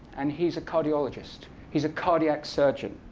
and he's a cardiologist. he's a cardiac surgeon.